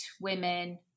women